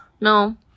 no